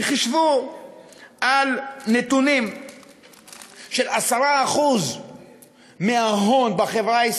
וחשבו על נתונים של 10% מההון בחברה,